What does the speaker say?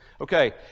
Okay